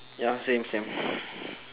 ya same same